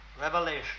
Revelation